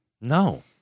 No